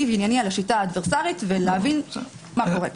וענייני על השיטה האדוורסרית ולהבין מה קורה.